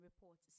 reports